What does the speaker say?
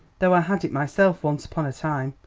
though i had it myself once upon a time.